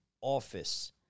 office